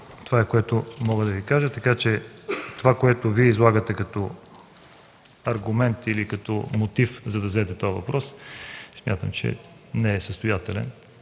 Това е, което мога да Ви кажа. Това, което Вие излагате като аргумент или като мотив, за да зададете този въпрос, смятам, че е несъстоятелно